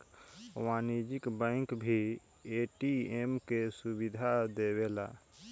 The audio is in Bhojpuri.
वाणिज्यिक बैंक भी ए.टी.एम के सुविधा देवेला